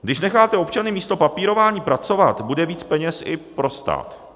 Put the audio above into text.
Když necháte občany místo papírování pracovat, bude víc peněz i pro stát.